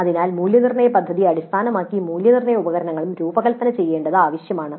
അതിനാൽ മൂല്യനിർണ്ണയ പദ്ധതിയെ അടിസ്ഥാനമാക്കി മൂല്യനിർണ്ണയ ഉപകരണങ്ങളും രൂപകൽപ്പന ചെയ്യേണ്ടത് ആവശ്യമാണ്